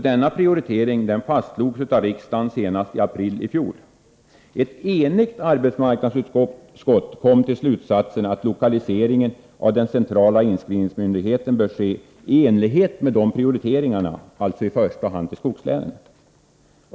Denna prioritering fastslogs av riksdagen senast i april i fjol. Ett enigt arbetsmarknadsutskott kom till slutsatsen att lokaliseringen av den centrala inskrivningsmyndigheten bör ske i enlighet med dessa prioriteringar, alltså i första hand till skogslänen.